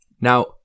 Now